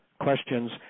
questions